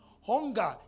Hunger